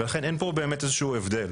ולכן אין פה באמת איזה שהוא הבדל.